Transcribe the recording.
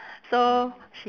so she